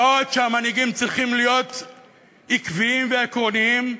בעוד המנהיגים צריכים להיות עקביים ועקרוניים,